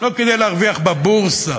לא כדי להרוויח בבורסה,